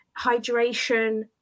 hydration